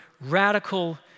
radical